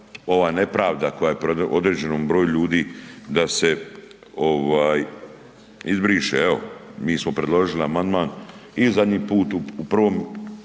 ova nepravda koja je određenom broju ljudi da se izbriše. Evo, mi smo predložili amandman i zadnji put u prvom